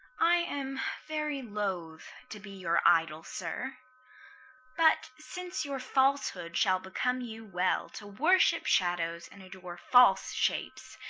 i am very loath to be your idol, sir but since your falsehood shall become you well to worship shadows and adore false shapes,